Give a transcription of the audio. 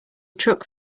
truck